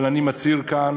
אבל אני מצהיר כאן